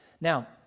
Now